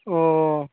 अ